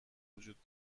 وجود